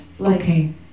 Okay